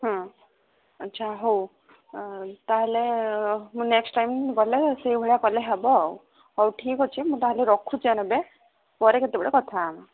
ହଁ ଆଚ୍ଛା ହଉ ତା'ହେଲେ ମୁଁ ନେକ୍ସଟ ଟାଇମ୍ ଗଲେ ସେଇ ଭଳିଆ କଲେ ହେବ ଆଉ ହଉ ଠିକ୍ ଅଛି ମୁଁ ତାହେଲେ ରଖୁଛି ଏବେ ପରେ କେତେବେଳେ କଥା ହେବା